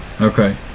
Okay